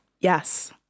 Yes